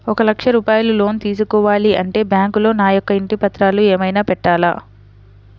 ఒక లక్ష రూపాయలు లోన్ తీసుకోవాలి అంటే బ్యాంకులో నా యొక్క ఇంటి పత్రాలు ఏమైనా పెట్టాలా?